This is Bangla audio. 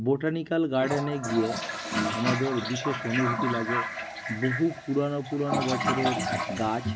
বোটানিকাল গার্ডেনে গিয়ে আমাদের বিশেষ অনুভূতি লাগে বহু পুরানো পুরানো বছরের গাছ